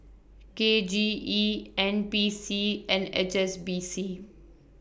K J E N P C and H S B C